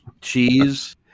Cheese